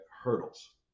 hurdles